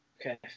Okay